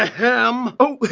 ahem! oh,